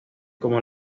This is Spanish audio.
como